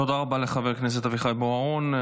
תודה רבה לחבר הכנסת אביחי בוארון.